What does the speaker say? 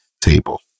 table